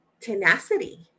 tenacity